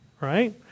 right